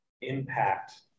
impact